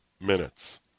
minutes